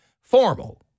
formal